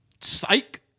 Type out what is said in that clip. psych